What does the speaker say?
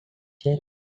checks